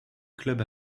club